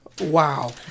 Wow